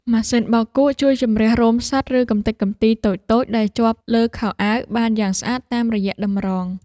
ម៉ាស៊ីនបោកគក់ជួយជម្រះរោមសត្វ ឬកំទេចកំទីតូចៗដែលជាប់លើខោអាវបានយ៉ាងស្អាតតាមរយៈតម្រង។